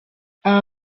aba